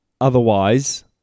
Otherwise